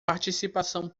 participação